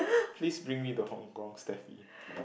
please bring me to Hong-Kong Steffi